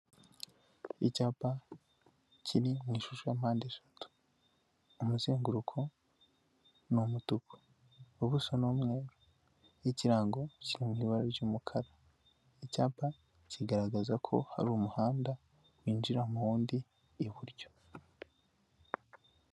Icyapa kiri mu ishusho ya mpande eshatu. Umuzenguruko ni umutuku. Ubuso ni umweru, n'ikirango kiri mu ibara ry'umukara. Icyapa kigaragaza ko hari umuhanda winjira mu wundi iburyo.